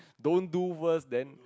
don't do first then